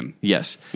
Yes